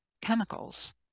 chemicals